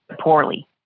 poorly